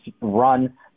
run